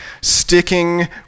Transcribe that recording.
sticking